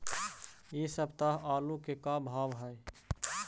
इ सप्ताह आलू के का भाव है?